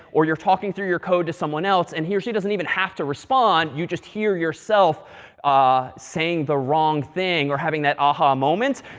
or you're talking through your code to someone else. and here, she doesn't even have to respond. you just hear yourself ah saying the wrong thing, or having that aha moment.